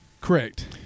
Correct